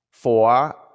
four